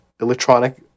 electronic